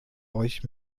euch